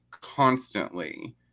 constantly